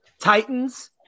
Titans